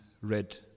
read